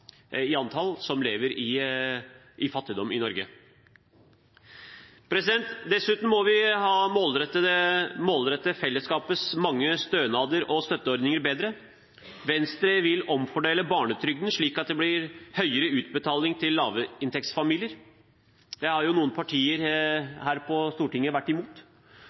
flest antall barn som lever i fattigdom i Norge. Dessuten må vi målrette fellesskapets mange stønader og støtteordninger bedre. Venstre vil omfordele barnetrygden slik at det blir høyere utbetaling til lavinntektsfamilier. Dette har noen partier her på Stortinget vært imot.